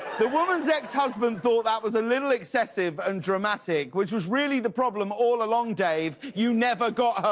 the woman's ex-husband thought that was a little excessive and dramatic, which was really the problem all along dave, you never got her!